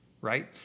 Right